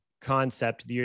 concept